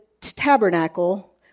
tabernacle